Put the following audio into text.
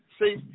See